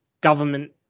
Government